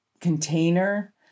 container